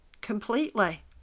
completely